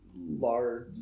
large